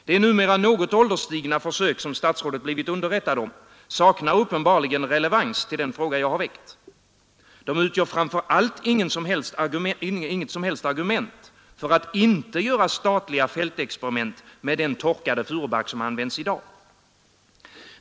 De numera något ålderstigna försök som statsrådet blivit underrättad om saknar uppenbarligen relevans till den fråga jag väckt. De utgör framför allt inget som helst argument för att inte göra statliga fältexperiment med den torkade furubark som används i dag.